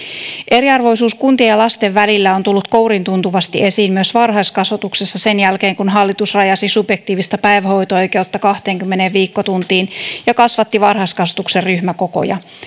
eriarvoisuus kuntien ja lasten välillä on on tullut kouriintuntuvasti esiin myös varhaiskasvatuksessa sen jälkeen kun hallitus rajasi subjektiivista päivähoito oikeutta kahteenkymmeneen viikkotuntiin ja kasvatti varhaiskasvatuksen ryhmäkokoja